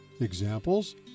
Examples